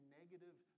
negative